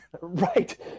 Right